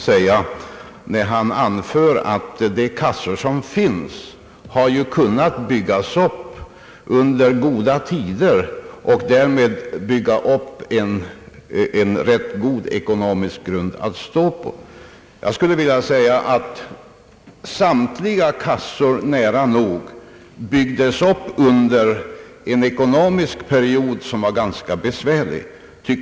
Han har anfört att de kassor som finns har kunnat byggas upp under goda tider och därför också kunnat skaffa sig en rätt god ekonomisk grund att stå på. Nästan alla kassor byggdes upp under en ekonomisk period som var ganska besvärlig.